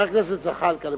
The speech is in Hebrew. חבר הכנסת זחאלקה,